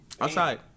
Outside